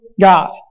God